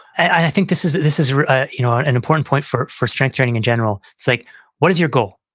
i think this is this is ah you know and an important point for for strength training in general. it's like what is your goal?